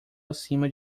acima